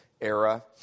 era